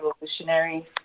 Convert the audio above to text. revolutionary